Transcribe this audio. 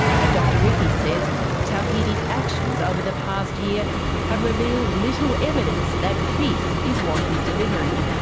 but dr rifi says tawhidi's actions over the past year have revealed little evidence that peace is what he is delivering.